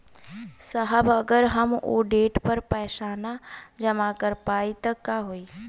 साहब अगर हम ओ देट पर पैसाना जमा कर पाइब त का होइ?